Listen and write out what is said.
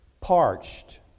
parched